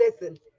listen